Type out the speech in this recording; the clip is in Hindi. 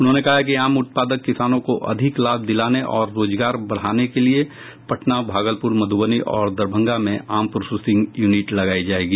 उन्होंने कहा कि आम उत्पादक किसानों को अधिक लाभ दिलाने और रोजगार बढ़ाने के लिये पटना भागलपुर मधुबनी और दरभंगा में आम प्रोसेसिंग यूनिट लगायी जायेगी